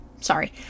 sorry